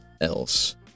else